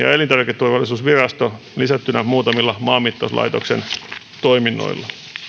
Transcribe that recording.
ja elintarviketurvallisuusvirasto lisättynä muutamilla maanmittauslaitoksen toiminnoilla